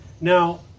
Now